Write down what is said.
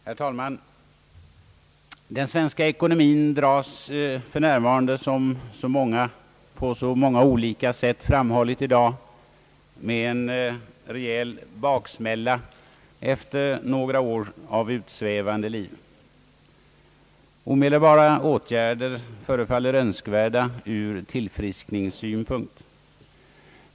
Herr talman! Den svenska ekonomin dras för närvarande — som så många på olika sätt framhållit i dag — med en rejäl baksmälla efter några år av utsvävande liv. Omedelbara åtgärder förefaller önskvärda ur tillfrisknandesynpunkt.